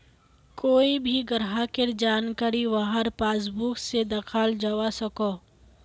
कोए भी ग्राहकेर जानकारी वहार पासबुक से दखाल जवा सकोह